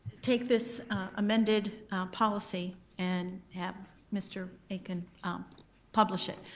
take this amended policy and have mr. akin um publish it,